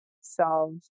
solve